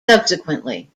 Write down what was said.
subsequently